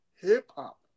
hip-hop